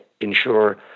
ensure